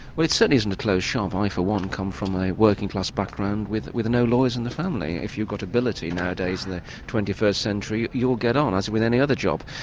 well it certainly isn't a closed shop. um i for one come from a working class background with with no lawyers in the family. if you've got ability nowadays in the twenty first century, you'll get on, as with any other job.